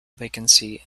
vacancy